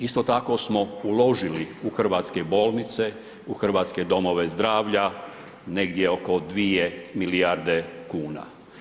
Isto tako smo uložili u hrvatske bolnice, u hrvatske domove zdravlja, negdje oko 2 milijarde kuna.